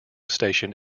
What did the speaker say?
station